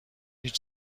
هیچ